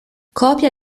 copia